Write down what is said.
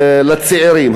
לצעירים,